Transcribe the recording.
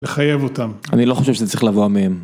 לחייב אותם. אני לא חושב שזה צריך לבוא מהם.